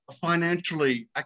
financially